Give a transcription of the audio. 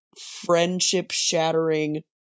friendship-shattering